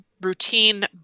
routine